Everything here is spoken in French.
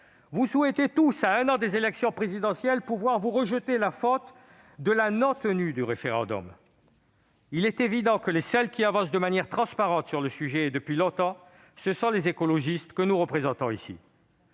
Vous souhaitez tous, à un an de l'élection présidentielle, vous rejeter la faute de la non-tenue d'un référendum. Il est évident que les seuls qui avancent de manière transparente sur le sujet, depuis longtemps, sont les écologistes, que nous représentons ici.